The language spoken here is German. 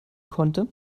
konnte